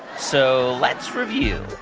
so let's review.